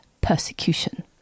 persecution